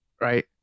Right